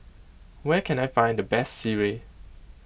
where can I find the best sireh